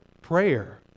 prayer